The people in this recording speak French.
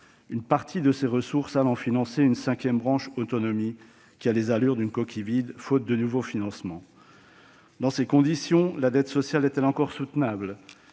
une partie de ses ressources devant financer une cinquième branche, la branche autonomie, qui a les allures d'une coquille vide, faute de nouveaux financements. Dans ces conditions, la dette sociale est-elle encore soutenable ?